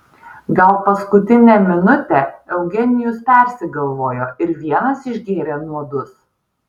gal paskutinę minutę eugenijus persigalvojo ir vienas išgėrė nuodus